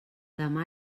demà